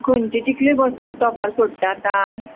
खंयचे चिकले बस स्टॉपार सोडटा आतां